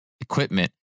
equipment